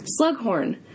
Slughorn